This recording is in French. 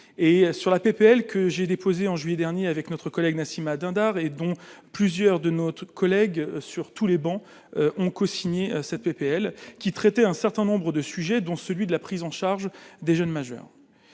et sur la PPL que j'ai déposé en juillet dernier avec notre collègue Nassima Dindar et dont plusieurs de notre collègue sur tous les bancs ont cosigné cette PPL qui traiter un certain nombre de sujets dont celui de la prise en charge des jeunes majeurs,